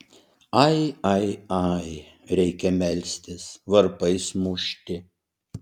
ai ai ai reikia melstis varpais mušti